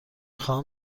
خواهم